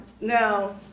now